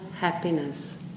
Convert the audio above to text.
happiness